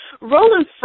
Roland